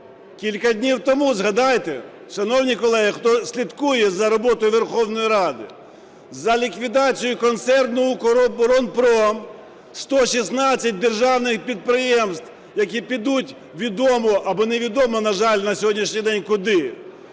(кілька днів тому, згадайте, шановні колеги, хто слідкує за роботою Верховної Ради), за ліквідацію концерну "Укроборонпром". 116 державних підприємств, які підуть відомо або не відомо, на жаль, на сьогоднішній день куди.